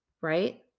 right